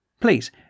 Please